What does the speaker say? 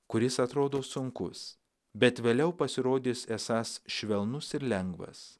kuris atrodo sunkus bet vėliau pasirodys esąs švelnus ir lengvas